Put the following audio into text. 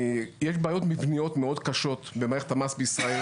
יש בעיות מבניות קשות מאוד במערכת המס בישראל